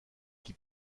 qui